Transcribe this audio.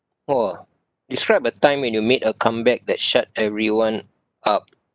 !wah! describe a time when you made a comeback that shut everyone up